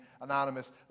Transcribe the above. anonymous